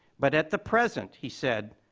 but at the present, he said,